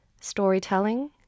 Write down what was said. storytelling